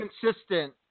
consistent